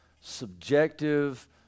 subjective